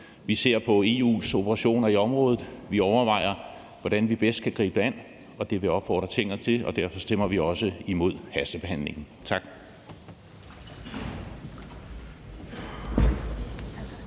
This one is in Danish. ser på EU's operationer i området og overvejer, hvordan vi bedst kan gribe det an. Det vil jeg opfordre Tinget til, og derfor stemmer vi også imod hastebehandlingen. Tak.